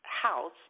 house